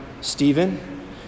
Stephen